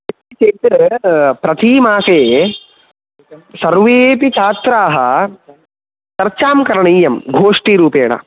किमिति चेत् प्रति मासे सर्वेऽपि छात्राः चर्चां करणीयं गोष्ठिरूपेण